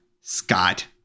Scott